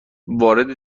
وارد